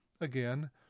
Again